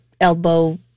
elbow